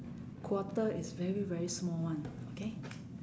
quarter is very very small [one] okay